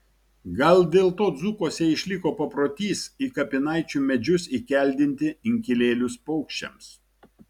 gal dėl to dzūkuose išliko paprotys į kapinaičių medžius įkeldinti inkilėlius paukščiams